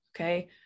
Okay